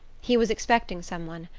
he was expecting someone,